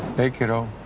hey kiddo.